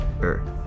earth